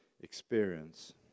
experience